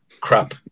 crap